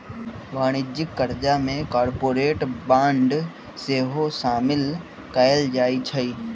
वाणिज्यिक करजा में कॉरपोरेट बॉन्ड सेहो सामिल कएल जाइ छइ